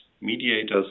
mediators